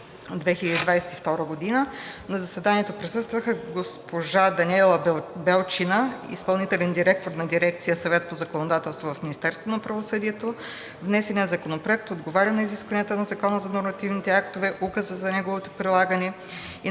2022 г. На заседанието присъства: госпожа Даниела Белчина, изпълняващ длъжността директор на дирекция „Съвет по законодателство“ в Министерство на правосъдието. Внесеният Законопроект отговаря на изискванията на Закона за нормативните актове, указа за неговото прилагане и